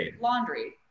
laundry